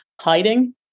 hiding